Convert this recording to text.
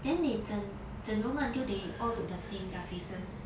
then they 整整容 until they all look the same their faces